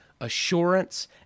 assurance